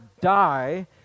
die